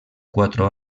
cuatro